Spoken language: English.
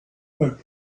that